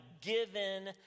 given